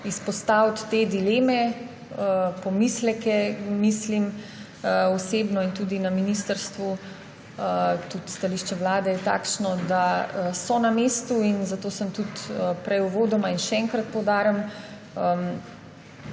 izpostaviti te dileme, pomisleke. Osebno mislim – in tudi na ministrstvu, tudi stališče Vlade je takšno – da so na mestu. Zato sem tudi prej uvodoma [rekla] in še enkrat poudarjam,